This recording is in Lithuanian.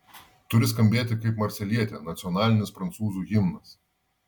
turi skambėti kaip marselietė nacionalinis prancūzų himnas